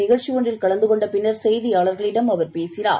நிகழ்ச்சிஒன்றில் கலந்துகொண்டபின்னர் செய்தியாளர்களிடம் அவர் பேசினார்